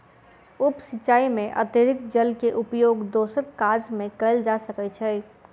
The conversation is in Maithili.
उप सिचाई में अतरिक्त जल के उपयोग दोसर काज में कयल जा सकै छै